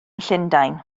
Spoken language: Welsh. llundain